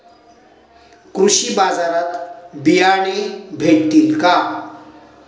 कृषी बाजारात बियाणे भेटतील का?